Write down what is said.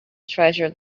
treasure